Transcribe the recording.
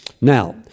Now